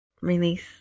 release